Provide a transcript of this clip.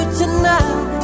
tonight